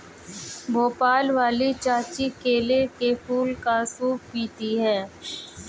भोपाल वाली चाची केले के फूल का सूप पीती हैं